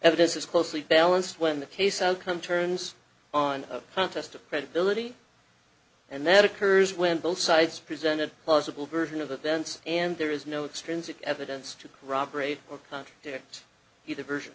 evidence is closely balanced when the case outcome turns on a contest of credibility and that occurs when both sides presented plausible version of events and there is no extrinsic evidence to corroborate or contradict either version